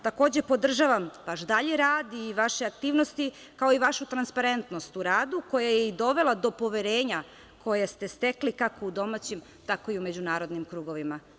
Takođe, podržavam vaš dalji rad i vaše aktivnosti, kao i vašu transparentnost u radu, koja je i dovela do poverenja koje ste stekli kako u domaćim, tako i u međunarodnim krugovima.